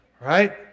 Right